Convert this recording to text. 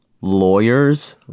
lawyers